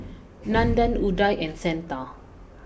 Nandan Udai and Santha